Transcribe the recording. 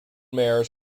mares